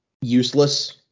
useless